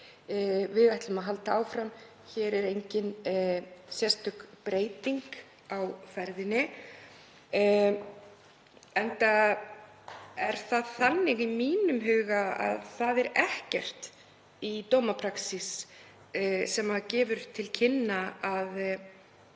Við ætlum að halda áfram. Hér er engin sérstök breyting á ferðinni enda er í mínum huga ekkert í dómapraxís sem gefur til kynna að